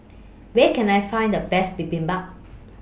Where Can I Find The Best Bibimbap